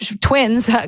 twins